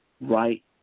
right